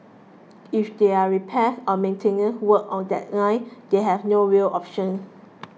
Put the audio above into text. if there are repairs or maintenance work on that line they have no rail option